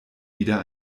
wieder